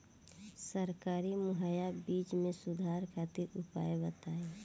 सरकारी मुहैया बीज में सुधार खातिर उपाय बताई?